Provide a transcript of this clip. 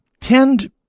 tend